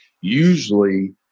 usually